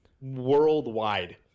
worldwide